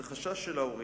זה חשש של ההורים,